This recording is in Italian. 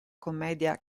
commedia